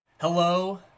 Hello